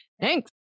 Thanks